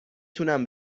تونم